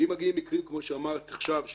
ואם מגיעים מקרים כמו שאמרת עכשיו,